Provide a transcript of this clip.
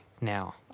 now